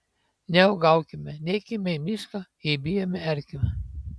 neuogaukime neikime į mišką jei bijome erkių